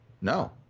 No